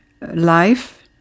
life